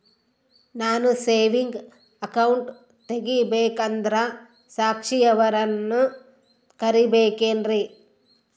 ನಾನು saving account ತೆಗಿಬೇಕಂದರ ಸಾಕ್ಷಿಯವರನ್ನು ಕರಿಬೇಕಿನ್ರಿ?